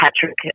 Patrick